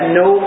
no